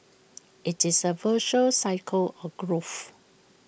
IT is A virtuous cycle of growth